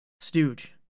stooge